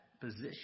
position